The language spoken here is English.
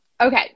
Okay